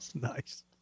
Nice